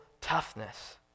toughness